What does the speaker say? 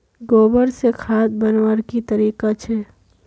गोबर से खाद बनवार की तरीका छे?